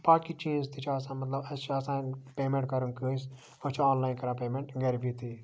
باقی چیٖز تہِ چھِ آسان مَطلَب اَسہِ چھ آسان پیمٮ۪نٹ کَرن کٲنٛسہِ أسۍ چھِ آن لاین کَران پیمٮ۪نٹ گَرِ بِہتی